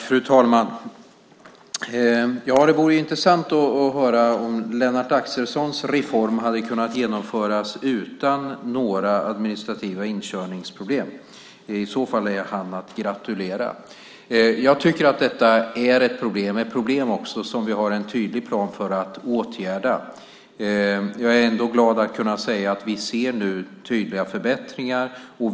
Fru talman! Det vore intressant att höra om Lennart Axelssons reform hade kunnat genomföras utan några administrativa inkörningsproblem. I så fall är han att gratulera. Jag tycker att detta är ett problem, och ett problem som vi har en tydlig plan för att åtgärda. Jag är ändå glad att kunna säga att vi nu ser tydliga förbättringar.